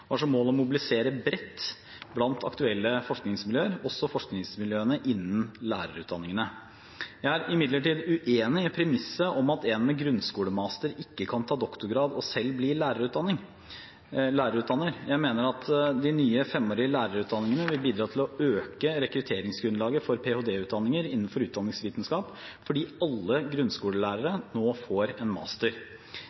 og som har som mål å mobilisere bredt blant aktuelle forskningsmiljøer, også forskningsmiljøene innen lærerutdanningene. Jeg er imidlertid uenig i premisset om at en med grunnskolemaster ikke kan ta doktorgrad og selv bli lærerutdanner. Jeg mener at de nye femårige lærerutdanningene vil bidra til å øke rekrutteringsgrunnlaget for ph.d.-utdanninger innenfor utdanningsvitenskap, fordi alle grunnskolelærere